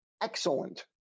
excellent